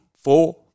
four